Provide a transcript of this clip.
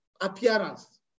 appearance